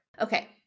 Okay